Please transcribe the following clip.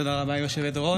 תודה רבה, היושבת-ראש.